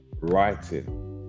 writing